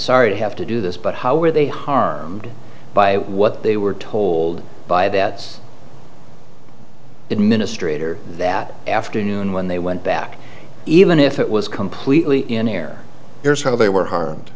sorry to have to do this but how were they harmed by what they were told by that's administrator that afternoon when they went back even if it was completely in error here's how they were harmed